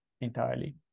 entirely